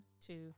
two